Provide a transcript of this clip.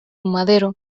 madero